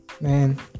man